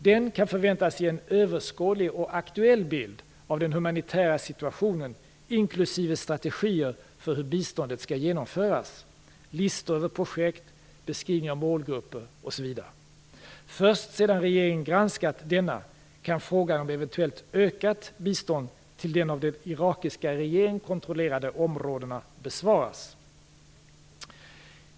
Den kan förväntas ge en överskådlig och aktuell bild av den humanitära situationen inklusive strategier för hur biståndet skall genomföras, listor över projekt, beskrivning av målgrupper osv. Först sedan regeringen granskat denna kan frågan om eventuellt ökat bistånd till de av den irakiska regeringen kontrollerade områdena besvaras.